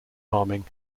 farming